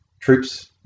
troops